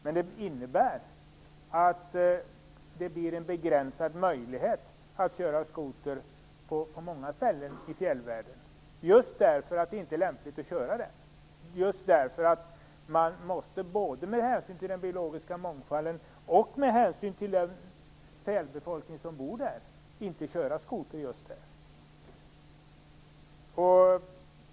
Förslaget innebär att det blir en begränsad möjlighet att köra skoter på många ställen i fjällvärlden just därför att det inte är lämpligt att framföra skoter där. Både med hänsyn till den biologiska mångfalden och med hänsyn till den fjällbefolkning som bor där bör man inte köra skoter inom dessa områden.